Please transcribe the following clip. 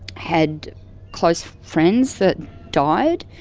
had close friends that died,